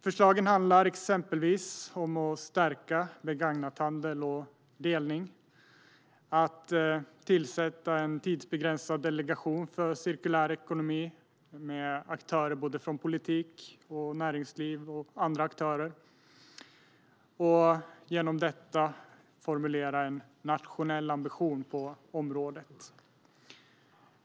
Förslagen handlar exempelvis om att stärka begagnathandel och delning och om att tillsätta en tidsbegränsad delegation för cirkulär ekonomi med aktörer från både politik och näringsliv och andra aktörer för att formulera en nationell ambition på området.